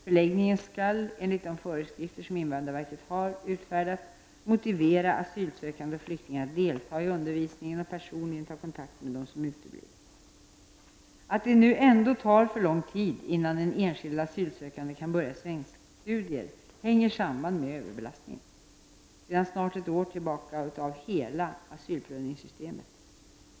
Förläggningen skall, enligt de föreskrifter som invandrarverket har utfärdat, motivera asylsökande och flyktingar att delta i undervisningen och personligen ta kontakt med dem som uteblir. Att de nu ändå tar för lång tid innan en enskild asylsökande kan börja svenskstudier hänger samman med överbelastningen, sedan snart ett år tillbaka, av hela asylprövningssystemet.